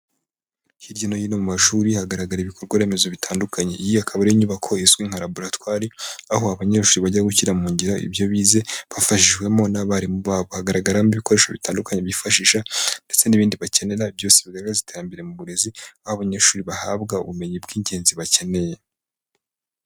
Hirya no hino mu mashuri hagaragara ibikorwaremezo bitandukanye, iyi akaba ari inyubako izwi nka laboratwari aho abanyeshuri bajya gushyira mu ngiro ibyo bize, bafashijwemo n'abarimu babo, hagaragaramo ibikoresho bitandukanye byifashisha, ndetse n'ibindi bakenera byose bigaragaza iterambere mu burezi, aho abanyeshuri bahabwa ubumenyi bw'ingenzi bakeneye.